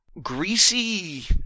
greasy